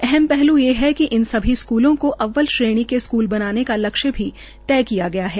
अहम पहलू यह है कि इन सभी स्कुलों को अव्वल श्रेणी के स्कुल बनाने का लक्ष्य भी तय किया हआ है